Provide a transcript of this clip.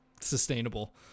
sustainable